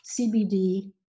CBD